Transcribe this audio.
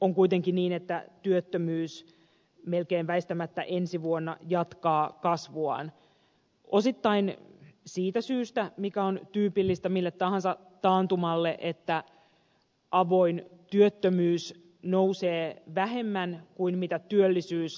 on kuitenkin niin että työttömyys melkein väistämättä ensi vuonna jatkaa kasvuaan osittain siitä syystä mikä on tyypillistä mille tahansa taantumalle että avoin työttömyys nousee vähemmän kuin työllisyys laskee